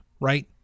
right